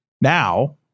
Now